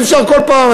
אי-אפשר כל פעם,